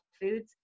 foods